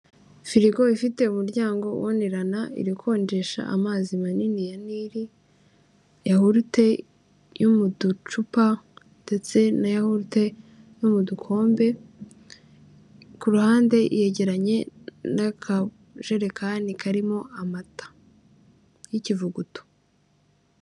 Firigo ifite umuryango ubonerana irikonjesha amazi manini ya nili, yahurute yo mu ducupa ndetse na yahurute yo mu dukombe, ku ruhande yegeranye n'akajerekani karimo amata y'ikivuguto.